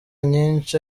nyinshi